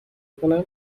کنم